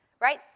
Right